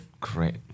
great